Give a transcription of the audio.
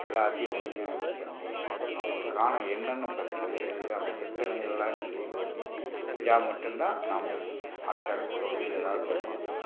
எல்லாத்தையும் ஒருங்கிணைப்பு பண்ணி அவுங்களுக்குக்கான என்னென்ன பிரச்சினை இருக்குது அந்த பிரச்சினை எல்லாம் க்ளியர் பண்ணி செஞ்சால் மட்டும் தான் நாம் அடுத்தடுத்து தொழில் ஏதாவது செய்ய முடியும்